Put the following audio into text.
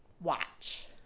watch